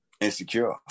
insecure